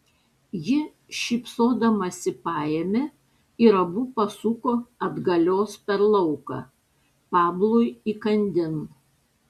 ji šypsodamasi paėmė ir abu pasuko atgalios per lauką pablui įkandin